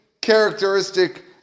characteristic